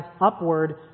upward